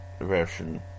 version